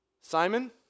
Simon